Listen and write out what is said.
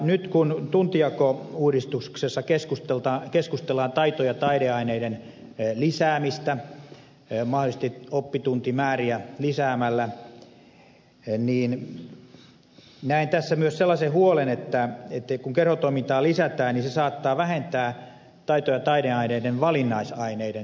nyt kun tuntijakouudistuksessa keskustellaan taito ja taideaineiden lisäämisestä mahdollisesti oppituntimääriä lisäämällä näen tässä myös sellaisen huolen että kun kerhotoimintaa lisätään se saattaa vähentää taito ja taideaineiden kiinnostavuutta valinnaisaineina